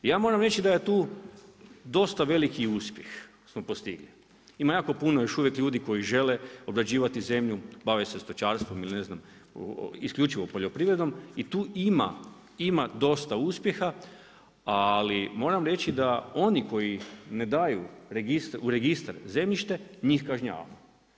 Ja moram reći da tu dosta veliki uspjeh smo postigli, ima jako puno još uvijek ljudi koji žele obrađivati zemlju, bave se stočarstvom ili ne znam, isključivo poljoprivredom, i tu ima dosta uspjeha ali moram reći da oni koji ne da ju u registar zemljište, njih kažnjavamo.